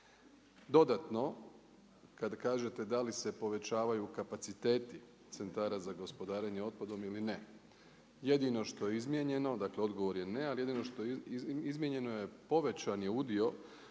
Dodatno kad kažete da li se povećavaju kapaciteti Centara za gospodarenje otpadom ili ne. Jedino što je izmijenjeno, dakle odgovor je ne, ali jedino što je izmijenjeno povećan je udio